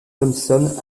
thompson